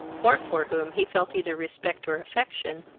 or for whom he felt either respect or affection,